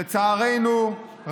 לצערנו,